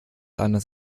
anders